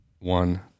One